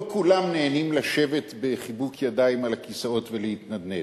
לא כולם נהנים לשבת בחיבוק ידיים על הכיסאות ולהתנדנד.